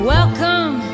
Welcome